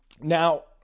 Now